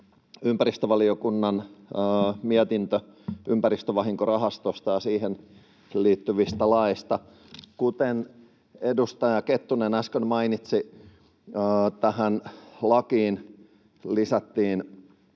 ympäristövaliokunnan mietintö ympäristövahinkorahastosta ja siihen liittyvistä laeista. Kuten edustaja Kettunen äsken mainitsi, tähän lakiin lisättiin